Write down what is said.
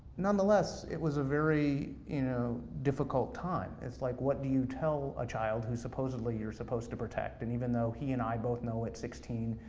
nonetheless, it was a very you know difficult time. it's like what do you tell a child who supposedly you're supposed to protect, and even though he and i both know at sixteen,